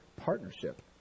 partnership